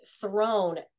thrown